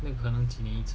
那可能 needs